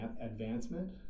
advancement